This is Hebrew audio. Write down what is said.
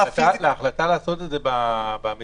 ההחלטה לעשות את זה במשרדים,